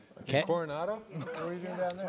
Coronado